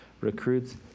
recruits